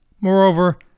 Moreover